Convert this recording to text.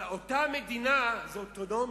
אבל אותה מדינה היא אוטונומיה,